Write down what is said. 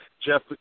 Jeff